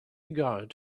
guard